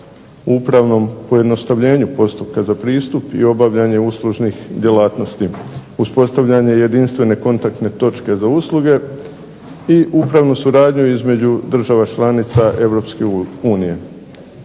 upravnom pojednostavljenju postupka za pristup i obavljanje uslužnih djelatnosti, uspostavljanje jedinstvene kontaktne točke za usluge i upravnu suradnju između država članica